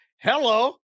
hello